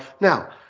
Now